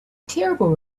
terrible